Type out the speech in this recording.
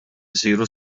isiru